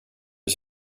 ser